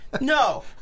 No